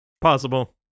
Possible